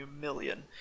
million